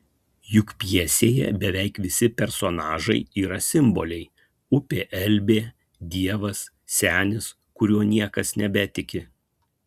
juk pjesėje beveik visi personažai yra simboliai upė elbė dievas senis kuriuo niekas nebetiki